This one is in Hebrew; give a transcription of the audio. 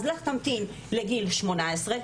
אז לך תמתין לגיל 18,